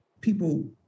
people